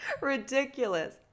ridiculous